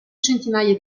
centinaia